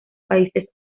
países